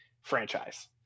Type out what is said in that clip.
franchise